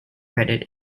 credit